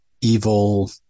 evil